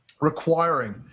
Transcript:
requiring